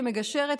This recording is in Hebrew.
כמגשרת,